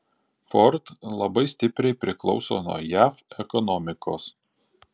ford labai stipriai priklauso nuo jav ekonomikos